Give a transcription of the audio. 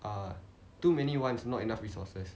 err too many wants not enough resources